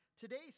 today's